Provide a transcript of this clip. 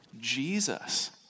Jesus